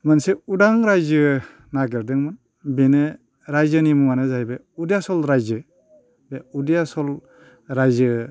मोनसे उदां रायजो नागिरदोंमोन बेनो रायजोनि मुङानो जाहैबाय उदियासल रायजो बे उदियासल रायजो